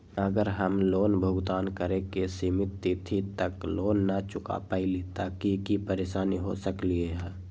अगर हम लोन भुगतान करे के सिमित तिथि तक लोन न चुका पईली त की की परेशानी हो सकलई ह?